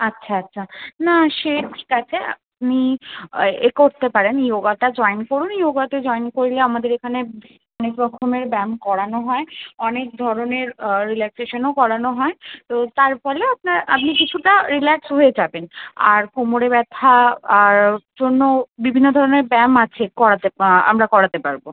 আচ্ছা আচ্ছা না সে ঠিক আছে আপনি এ এ করতে পারেন ইয়োগাটা জয়েন করুন ইয়োগাতে জয়েন করলে আমাদের এখানে অনেক রকমের ব্যায়াম করানো হয় অনেক ধরনের রিল্যাক্সেশনও করানো হয় তো তার ফলে আপনার আপনি কিছুটা রিল্যাক্স হয়ে যাবেন আর কোমরে ব্যথা আর জন্য বিভিন্ন ধরনের ব্যায়াম আছে করাতে আমরা করাতে পারবো